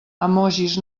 emojis